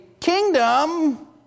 kingdom